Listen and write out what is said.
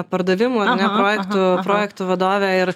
pardavimų ar ne projektų projektų vadovę ir